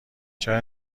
چرا